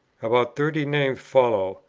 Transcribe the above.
about thirty names follow,